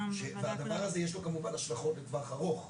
לדבר הזה יש כמובן השלכות לטווח ארוך.